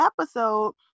episode